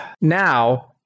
now